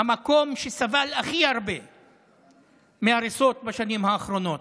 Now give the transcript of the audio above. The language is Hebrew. המקום שסבל הכי הרבה מהריסות בשנים האחרונות,